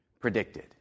predicted